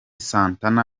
santana